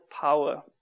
power